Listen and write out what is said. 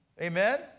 Amen